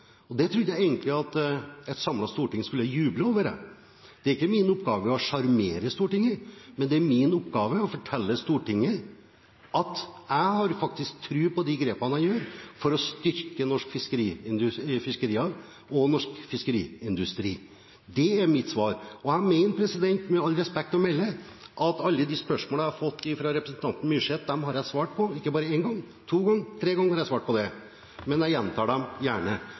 Det trodde jeg egentlig at et samlet storting skulle juble over. Det er ikke min oppgave å sjarmere Stortinget, men det er min oppgave å fortelle Stortinget at jeg faktisk har tro på de grepene jeg gjør for å styrke norske fiskerier og norsk fiskeindustri. Dét er mitt svar. Og jeg mener, med respekt å melde, at jeg har svart på alle de spørsmålene jeg har fått fra representanten Myrseth – ikke bare én gang, men to ganger, tre ganger – men jeg gjentar det gjerne. Jeg